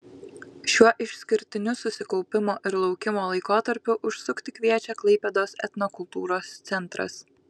šiuo išskirtiniu susikaupimo ir laukimo laikotarpiu užsukti kviečia klaipėdos etnokultūros centras